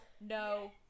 no